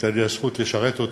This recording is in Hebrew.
שהייתה לי הזכות לשרת בה,